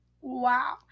wow